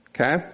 Okay